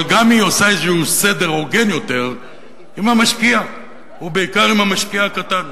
אבל היא גם עושה איזה סדר הוגן יותר עם המשקיע ובעיקר עם המשקיע הקטן,